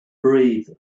breathe